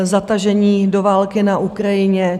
Zatažení do války na Ukrajině.